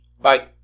Bye